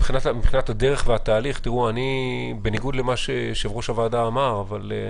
בניגוד למה שאמר היושב-ראש,